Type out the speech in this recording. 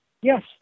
Yes